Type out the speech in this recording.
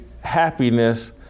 happiness